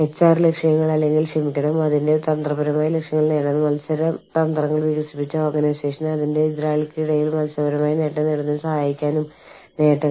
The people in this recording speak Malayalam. ഞാൻ അർത്ഥമാക്കുന്നത് അതായത് മാതൃസംഘടനയുടെ പ്രാദേശിക സംസ്കാരം നിലനിർത്താൻ ഒരു ശ്രമം നടത്തിയാലും വ്യത്യസ്ത ജീവനക്കാരെ വ്യത്യസ്ത തരത്തിലുള്ള സിസ്റ്റങ്ങളിലേക്ക് ക്രമീകരിക്കുന്നത് ഒരു പ്രശ്നമായി മാറുന്നു